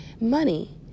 money